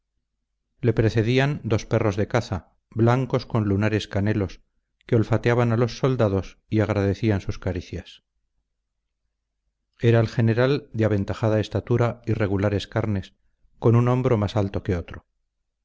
le precedían dos perros de caza blancos con lunares canelos que olfateaban a los soldados y agradecían sus caricias era el general de aventajada estatura y regulares carnes con un hombro más alto que otro